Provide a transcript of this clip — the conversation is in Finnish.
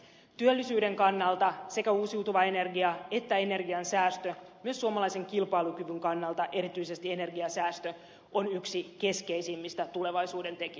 työllisyyden kannalta sekä uusiutuva energia että energiansäästö myös suomalaisen kilpailukyvyn kannalta erityisesti energiansäästö on yksi keskeisimmistä tulevaisuuden teki